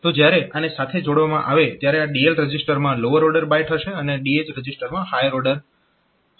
તો જ્યારે આને સાથે જોડવામાં આવે ત્યારે આ DL રજીસ્ટરમાં લોઅર ઓર્ડર બાઈટ હશે અને DH રજીસ્ટરમાં હાયર ઓર્ડર હશે